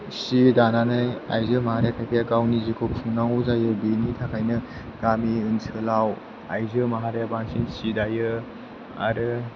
सि दानानै आइजो माहारिया गावनि जिउखौ खुंनांगौ जायो बेनि थाखायनो गामि ओनसोलाव आइजो माहारिया बांसिन सि दायो आरो